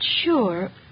sure